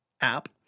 app